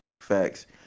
Facts